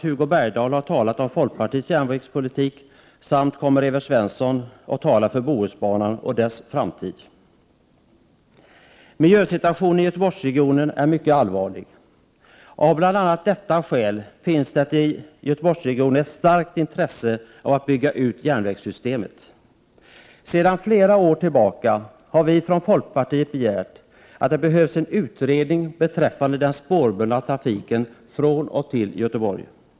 Hugo Bergdahl har ju talat om folkpartiets järnvägspolitik, och Evert Svensson kommer att tala om Bohusbanan och dess framtid: Miljösituationen i Göteborgsregionen är mycket allvarlig. Av bl.a. detta skäl är det i Göteborgsregionen av mycket stort intresse att järnvägsnätet byggs ut. I flera år har vi i folkpartiet begärt en utredning av den spårbundna trafiken till och från Göteborg.